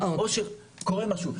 או שקורה משהו,